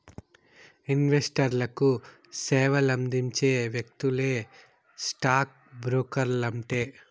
ఇన్వెస్టర్లకు సేవలందించే వ్యక్తులే స్టాక్ బ్రోకర్లంటే